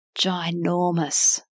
ginormous